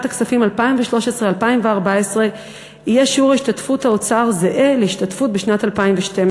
הכספים 2013 2014 יהיה שיעור השתתפות האוצר זהה להשתתפות בשנת 2012,